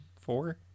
four